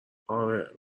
آره